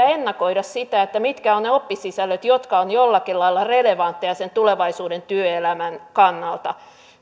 ennakoida sitä mitkä ovat ne oppisisällöt jotka ovat jollakin lailla relevantteja sen tulevaisuuden työelämän kannalta